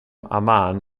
amman